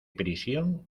prisión